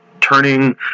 turning